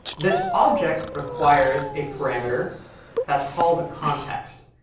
this object requires a parameter that's called a context.